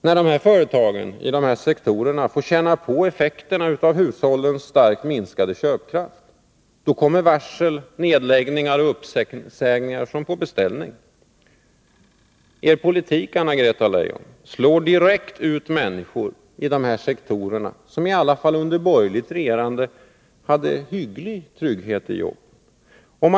När företagen i de här sektorerna får känna på effekterna av hushållens starkt minskade köpkraft kommer varsel, nedläggningar och uppsägningar som på beställning. Er politik, Anna-Greta Leijon, slår direkt ut människor i nämnda sektorer, som i alla fall under borgerligt regerande hade hygglig trygghet när det gäller jobben.